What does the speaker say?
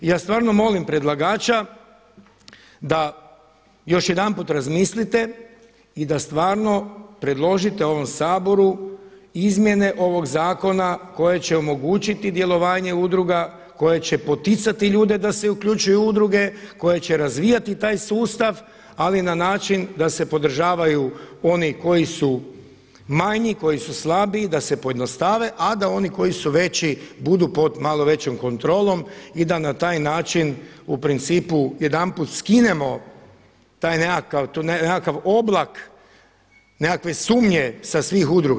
I ja stvarno molim predlagača da još jedanput razmislite i da stvarno predložite ovom Saboru izmjene ovog zakona koje će omogućiti djelovanje udruga, koje će poticati ljude da se uključuju u udruge, koje će razvijati taj sustav ali na način da se podržavaju oni koji su manji, koji su slabiji da se pojednostave, a da oni koji su veći budu pod malo većom kontrolom i da na taj način u principu jedanput skinemo taj nekakav, taj nekakav oblak nekakve sumnje sa svih udruga.